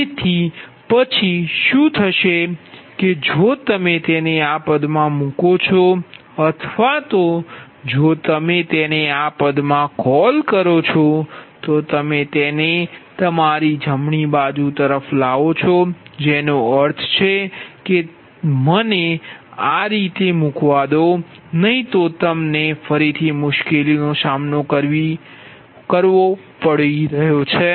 તેથી પછી શું થશે કે જો તમે તેને આ પદ માં મુકો છો અથવા તો જો તમે તેને આ પદ માં કોલ કરો છો તો તમે તેને તમારી જમણી બાજુ તરફ લાવો છો જેનો અર્થ છે કે મને તે આ રીતે મૂકવા દો નહીં તો તમને ફરીથી મુશ્કેલીનો સામનો કરવો પડી શકે છે